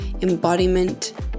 embodiment